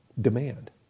Demand